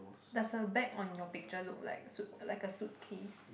does her bag on your picture look like suit like a suitcase